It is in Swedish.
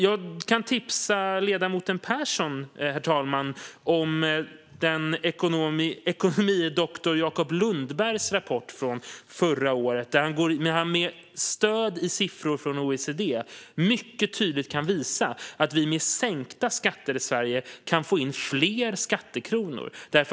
Jag kan tipsa ledamoten Persson, herr talman, om ekonomie doktor Jacob Lundbergs rapport från förra året, där han med stöd i siffror från OECD mycket tydligt kan visa att vi med sänkta skatter i Sverige kan få in fler skattekronor.